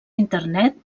internet